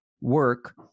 work